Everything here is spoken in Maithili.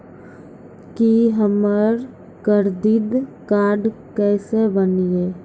की हमर करदीद कार्ड केसे बनिये?